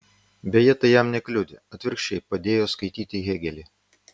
beje tai jam nekliudė atvirkščiai padėjo skaityti hėgelį